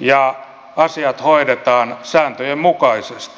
ja asiat hoidetaan sääntöjen mukaisesti